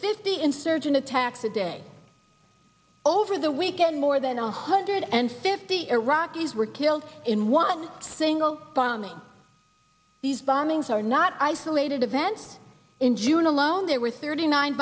fifty insurgent attacks a day over the weekend more than a hundred and fifty iraqis were killed in one single bombing these bombings are not isolated events in june alone there were thirty nine